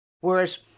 Whereas